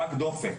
רק דופק,